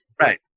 Right